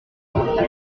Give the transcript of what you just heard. york